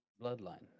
bloodline